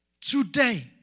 today